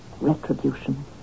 Retribution